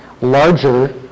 larger